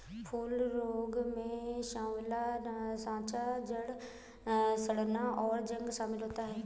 फूल रोग में साँवला साँचा, जड़ सड़ना, और जंग शमिल होता है